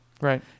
Right